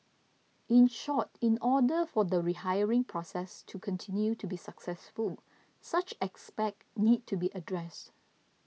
in short in order for the rehiring process to continue to be successful such aspect need to be addressed